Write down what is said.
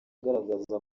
agaragaza